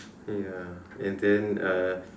ya and then uh